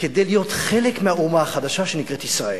כדי להיות חלק מהאומה החדשה שנקראת ישראל.